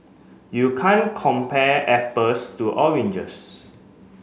you can't compare apples to oranges